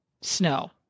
snow